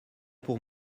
pour